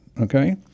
Okay